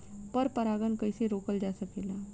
पर परागन कइसे रोकल जा सकेला?